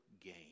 gain